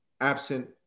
absent